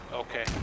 okay